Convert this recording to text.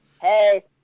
hey